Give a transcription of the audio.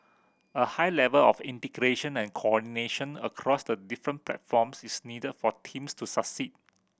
a high level of integration and coordination across the different platforms is needed for teams to succeed